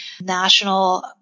national